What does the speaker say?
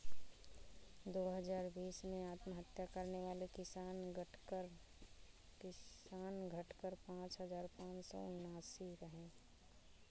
दो हजार बीस में आत्महत्या करने वाले किसान, घटकर पांच हजार पांच सौ उनासी रहे